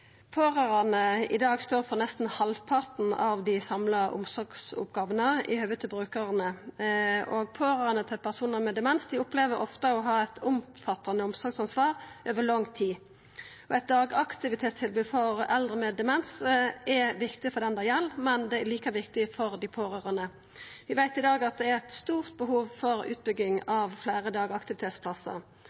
i dag står for nesten halvparten av dei samla omsorgsoppgåvene i høve til brukarane, og pårørande til personar med demens opplever ofte å ha eit omfattande omsorgsansvar over lang tid. Eit dagaktivitetstilbod for eldre med demens er viktig for han eller ho det gjeld, men det er like viktig for dei pårørande. Vi veit i dag at det er eit stort behov for utbygging av fleire dagaktivitetsplassar.